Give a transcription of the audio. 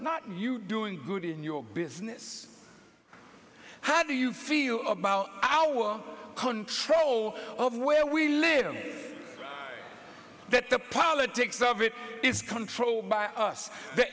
not you doing good in your business how do you feel about our control over where we live that the politics of it is controlled by